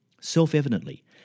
Self-evidently